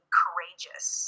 courageous